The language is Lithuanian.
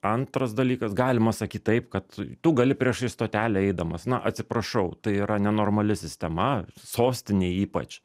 antras dalykas galima sakyt taip kad tu gali priešais stotelę eidamas na atsiprašau tai yra nenormali sistema sostinėj ypač